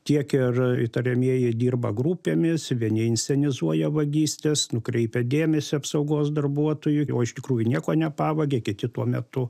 tiek ir įtariamieji dirba grupėmis vieni inscenizuoja vagystes nukreipia dėmesį apsaugos darbuotojų o iš tikrųjų nieko nepavagia kiti tuo metu